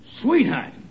Sweetheart